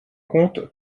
compte